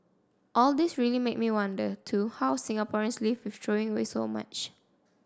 all this really made me wonder too how Singaporeans live with throwing away so much